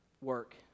work